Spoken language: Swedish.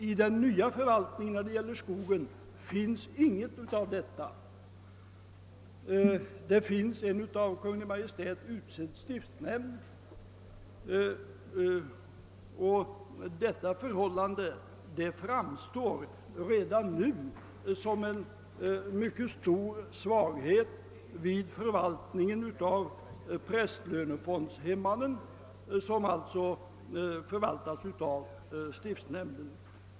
Ingenting av detta finns med i den föreslagna förvaltningen av skog. Skogen skall förvaltas av en av Kungl. Maj:t utsedd stiftsnämnd, och detta förhållande framstår redan nu som en mycket stor svaghet vid förvaltningen av prästlönefondshemman. Dessa hemman skall alltså förvaltas av stiftsnämnden.